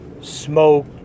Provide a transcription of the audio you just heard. smoke